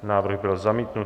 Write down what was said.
Návrh byl zamítnut.